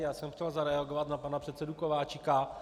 Já jsem chtěl zareagovat na pana předsedu Kováčika.